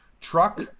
truck